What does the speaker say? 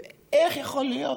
איך יכול להיות